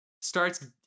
starts